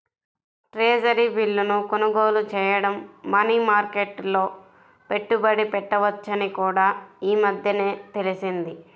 treasury బిల్లును కొనుగోలు చేయడం మనీ మార్కెట్లో పెట్టుబడి పెట్టవచ్చని కూడా ఈ మధ్యనే తెలిసింది